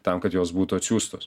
tam kad jos būtų atsiųstos